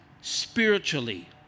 spiritually